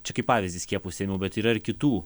čia kaip pavyzdį skiepus ėmiau bet yra ir kitų